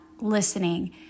listening